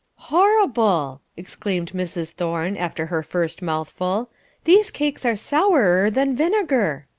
horrible! exclaimed mrs. thorne, after her first mouthful these cakes are sourer than vinegar.